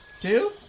Two